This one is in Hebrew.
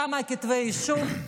כמה כתבי אישום.